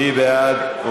מי בעד?